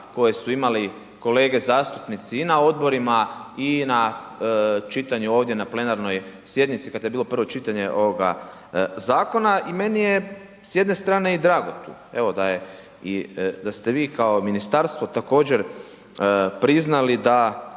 koje su imali kolege zastupnici i na odborima i na čitanju ovdje na plenarnoj sjednici kad je bilo prvo čitanje ovoga zakona i meni je s jedne strane i drago evo da ste vi kao ministarstvo također priznali da